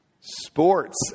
Sports